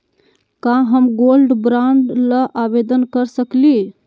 का हम gold bond ल आवेदन कर सकली?